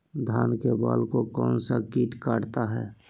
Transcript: धान के बाल को कौन सा किट काटता है?